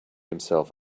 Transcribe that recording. himself